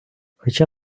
хоча